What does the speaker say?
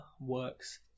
works